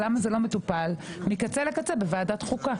למה זה לא מטופל מקצה לקצה בוועדת החוקה?